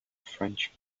french